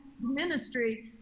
ministry